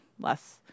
less